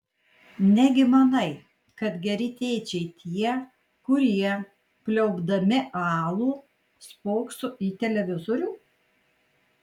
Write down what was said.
negi manai kad geri tėčiai tie kurie pliaupdami alų spokso į televizorių